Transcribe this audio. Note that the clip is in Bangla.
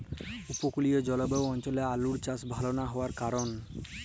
উপকূলীয় জলবায়ু অঞ্চলে আলুর চাষ ভাল না হওয়ার কারণ?